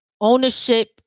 ownership